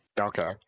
Okay